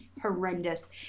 horrendous